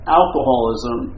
alcoholism